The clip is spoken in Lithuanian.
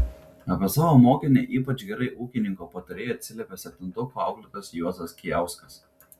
apie savo mokinę ypač gerai ūkininko patarėjui atsiliepė septintokų auklėtojas juozas kijauskas